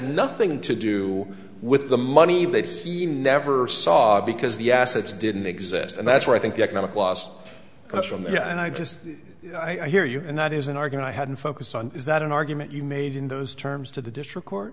nothing to do with the money they see never saw because the assets didn't exist and that's where i think the economic loss that's from the and i just i hear you and that is an argument i hadn't focused on is that an argument you made in those terms to the district court